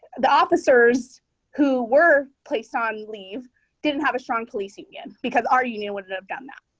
the officers who were placed on leave didn't have a strong police union because our union wouldn't have done that.